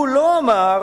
הוא לא אמר,